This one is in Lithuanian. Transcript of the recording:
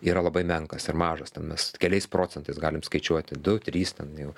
yra labai menkas ir mažas ten mes keliais procentais galim skaičiuoti du trys ten jau